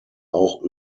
auch